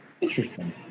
Interesting